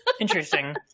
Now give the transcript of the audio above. Interesting